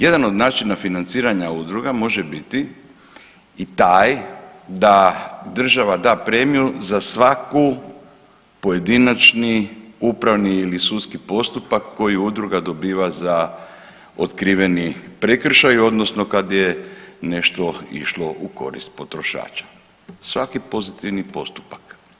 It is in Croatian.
Jedan od načina financiranja udruga može biti i taj da država da premiju za svaku pojedinačni upravni ili sudski postupak koji udruga dobiva za otkriveni prekršaj odnosno kad je nešto išlo u korist potrošača, svaki pozitivni postupak.